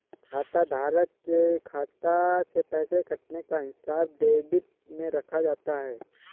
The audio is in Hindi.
खाताधारक के खाता से पैसे कटने का हिसाब डेबिट में रखा जाता है